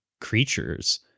creatures